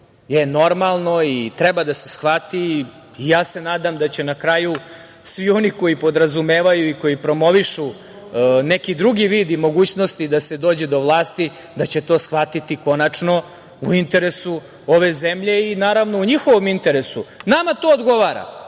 veku normalno i treba da se shvati. Ja se nadam da će na kraju svi oni koji podrazumevaju i koji promovišu neki drugi vid i mogućnosti da se dođe do vlasti, da će to shvatiti konačno, u interesu ove zemlje i, naravno, u njihovom interesu. Iskreno da vam